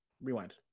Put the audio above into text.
Rewind